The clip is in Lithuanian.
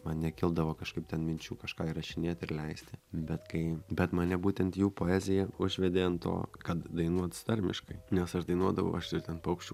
man nekildavo kažkaip ten minčių kažką įrašinėt ir leisti bet kai bet mane būtent jų poezija užvedė ant to kad dainuot tarmiškai nes aš dainuodavau aš ir ten paukščių